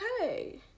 okay